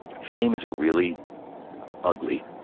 fame is a really ugly,